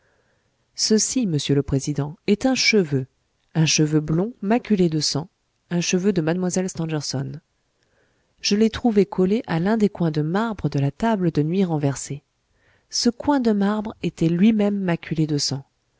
ceci monsieur le président est un cheveu blond maculé de sang un cheveu de mlle stangerson je l'ai trouvé collé à l'un des coins de marbre de la table de nuit renversée ce coin de marbre était lui-même maculé de sang